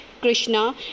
Krishna